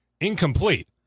incomplete